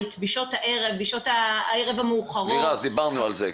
בשעות הערב המאוחרות --- דיברנו על זה.